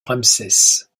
ramsès